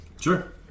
Sure